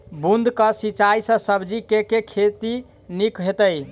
बूंद कऽ सिंचाई सँ सब्जी केँ के खेती नीक हेतइ?